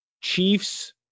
Chiefs